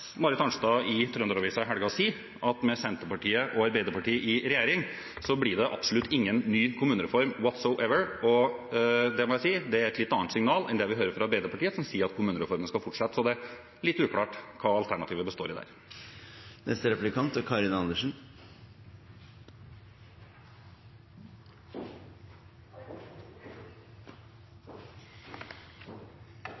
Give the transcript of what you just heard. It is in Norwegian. Marit Arnstad i helgen sa til Trønder-Avisa at med Senterpartiet og Arbeiderpartiet i regjering blir det absolutt ingen ny kommunereform – «whatsoever» – og det må jeg si er et litt annet signal enn det vi hører fra Arbeiderpartiet, som sier at kommunereformen skal fortsette. Så det er litt uklart hva alternativet består i.